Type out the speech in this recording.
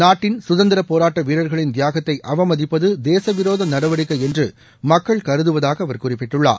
நாட்டின் கதந்திர போராட்ட வீரர்களின் தியாகத்தை அவமதிப்பது தேச விரோத நடவடிக்கை என்று மக்கள் கருதுவதாக அவர் குறிப்பிட்டுள்ளார்